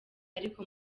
ariko